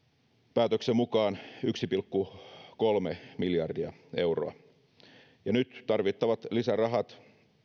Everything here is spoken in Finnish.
päätöksen mukaan yksi pilkku kolme miljardia euroa ja nyt tarvittavat lisärahat